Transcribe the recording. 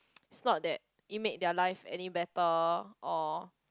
is not that it made their life any better or